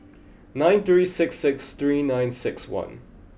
nine three six six three nine six one